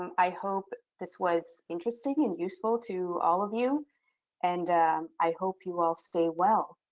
um i hope this was interesting and useful to all of you and i hope you all stay well.